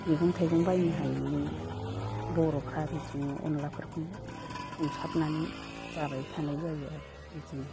मैगं थाइगं बायनो हायिनि बर'फ्रा बिदिनो अनद्लाफोरखौनो संसाबनानै जाबाय थानाय जायो आरो बिदिनो